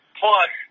plus